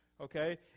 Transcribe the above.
Okay